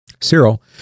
Cyril